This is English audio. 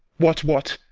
what, what?